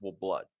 blood